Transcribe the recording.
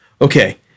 Okay